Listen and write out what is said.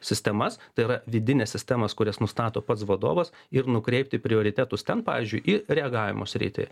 sistemas tai yra vidines sistemas kurias nustato pats vadovas ir nukreipti prioritetus ten pavyzdžiui į reagavimo sritį